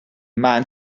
man